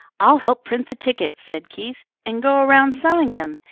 i'll help print the tickets, said keith, and go around selling them,